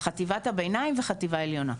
חטיבת הביניים וחטיבה עליונה.